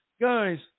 guys